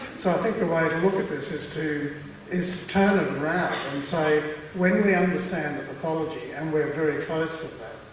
so i think the way to look at this is, to is turn it around and say when we understand pathology, and we're very close to